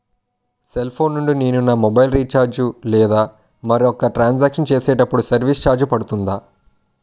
Cell phone నుండి నేను నా మొబైల్ రీఛార్జ్ లేదా మరొక ట్రాన్ సాంక్షన్ చేసినప్పుడు సర్విస్ ఛార్జ్ పడుతుందా?